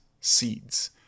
seeds